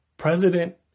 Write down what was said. President